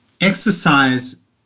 Exercise